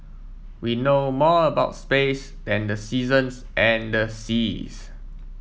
we know more about space than the seasons and the seas